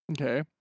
okay